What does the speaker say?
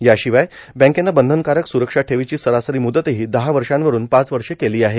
याशिवाय बँकेनं बंधनकारक स्रक्षा ठेवीची सरासरी म्दतही दहा वर्षांवरून पाच वर्षे केली आहे